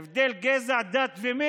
ללא הבדלי גזע, דת ומין.